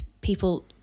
people